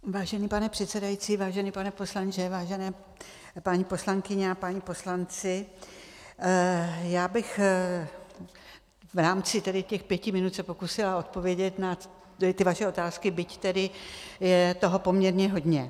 Vážený pane předsedající, vážený pane poslanče, vážené paní poslankyně a páni poslanci, já bych v rámci těch pěti minut se pokusila odpovědět na vaše otázky, byť je toho poměrně hodně.